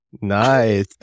Nice